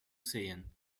sehen